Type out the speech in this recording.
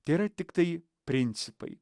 tėra tiktai principai